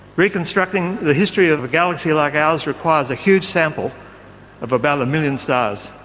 reconstructing the history of a galaxy like ours requires a huge sample of about a million stars,